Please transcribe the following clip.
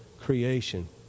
creation